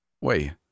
Wait